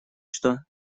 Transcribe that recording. что